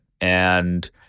and-